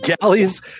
Galleys